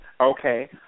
Okay